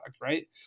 right